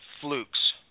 flukes